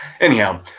Anyhow